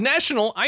National